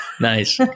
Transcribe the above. Nice